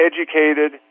educated